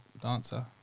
dancer